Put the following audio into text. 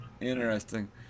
Interesting